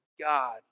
God